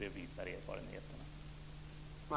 Det visar erfarenheterna.